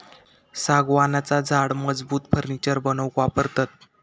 सागवानाचा झाड मजबूत फर्नीचर बनवूक वापरतत